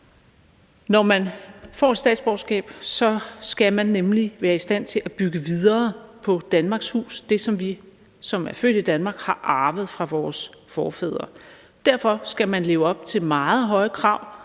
Når man får statsborgerskab, skal man nemlig at være i stand til at bygge videre på Danmarks hus, det, som vi, som er født i Danmark, har arvet fra vores forfædre. Derfor skal man leve op til meget høje krav